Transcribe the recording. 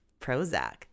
Prozac